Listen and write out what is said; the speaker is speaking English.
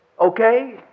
Okay